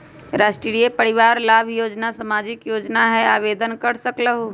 राष्ट्रीय परिवार लाभ योजना सामाजिक योजना है आवेदन कर सकलहु?